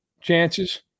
chances